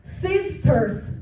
sisters